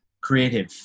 creative